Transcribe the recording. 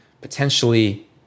potentially